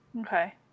Okay